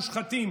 מושחתים.